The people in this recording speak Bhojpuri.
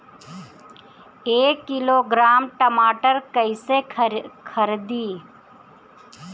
एक किलोग्राम टमाटर कैसे खरदी?